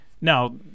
now